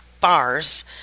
bars